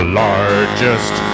largest